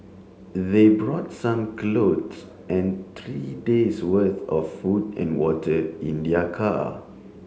they brought some clothes and three days' worth of food and water in their car